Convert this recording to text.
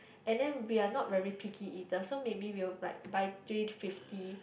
and then we are not very picky eater so maybe we will like buy three fifty